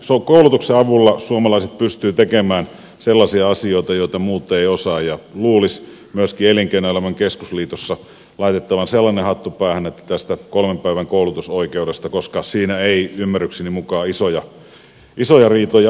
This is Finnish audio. koulutuksen avulla suomalaiset pystyvät tekemään sellaisia asioita joita muut eivät osaa ja luulisi myöskin elinkeinoelämän keskusliitossa laitettavan sellainen hattu päähän että tästä kolmen päivän koulutusoikeudesta päästään yhteisymmärrykseen koska siinä ei ymmärrykseni mukaan isoja riitoja ole